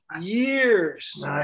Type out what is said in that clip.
years